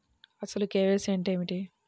అసలు కే.వై.సి అంటే ఏమిటి?